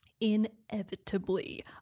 Inevitably